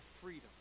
freedom